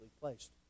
placed